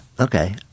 Okay